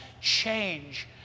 change